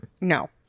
No